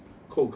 cook